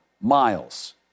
miles